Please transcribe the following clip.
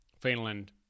Finland